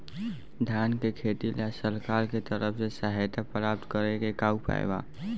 धान के खेती ला सरकार के तरफ से सहायता प्राप्त करें के का उपाय बा?